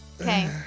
Okay